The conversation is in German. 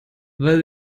weil